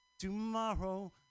tomorrow